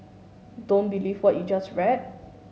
don't believe what you just read